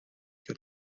your